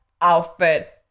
outfit